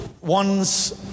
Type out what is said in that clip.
One's